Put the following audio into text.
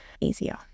easier